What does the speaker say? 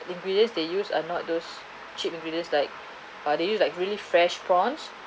ingredients they use are not those cheap ingredients like uh they use like really fresh prawns